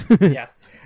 Yes